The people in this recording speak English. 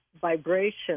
vibration